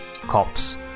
cops